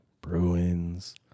Bruins